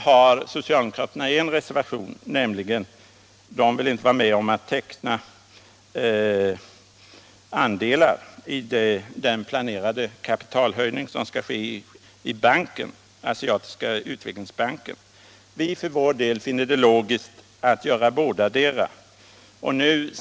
Men socialdemokraterna har en reservation — de vill inte vara med om att teckna andelar i den planerade kapitalhöjningen i Asiatiska utvecklingsbanken. Vi för vår del finner det logiskt att göra bådadera, att satsa på både banken och fonden.